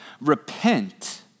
Repent